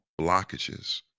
blockages